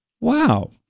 Wow